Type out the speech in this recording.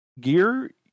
gear